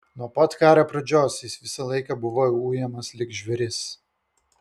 nuo pat karo pradžios jis visą laiką buvo ujamas lyg žvėris